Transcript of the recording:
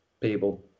people